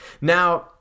Now